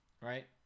Right